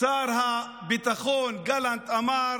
שר הביטחון גלנט אמר